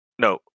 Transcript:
No